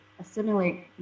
assimilate